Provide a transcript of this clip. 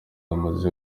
amaze